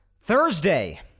Thursday